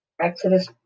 Exodus